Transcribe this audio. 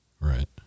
Right